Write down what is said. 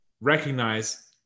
recognize